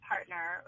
partner